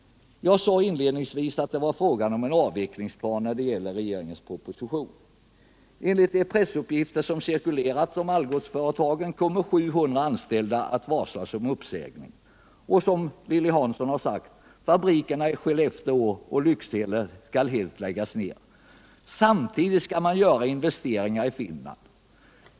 Jag sade inledningsvis att det var fråga om en avvecklingsplan när det gäller regeringens proposition. Enligt de pressuppgifter som cirkulerat om Algotsföretagen kommer 700 anställda att varslas om uppsägning. Fabrikerna i Skellefteå och Lycksele skall, som Lilly Hansson har sagt, helt läggas ned. Samtidigt skall man göra investeringar i Finland.